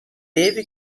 teve